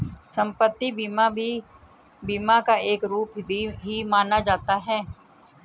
सम्पत्ति बीमा भी बीमा का एक रूप ही माना जाता है